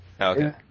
Okay